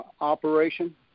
operation